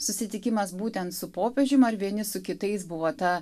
susitikimas būtent su popiežium ar vieni su kitais buvo ta